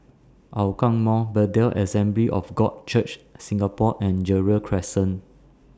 Hougang Mall Bethel Assembly of God Church Singapore and Gerald Crescent